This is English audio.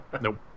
Nope